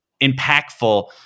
impactful